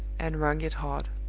and wrung it hard.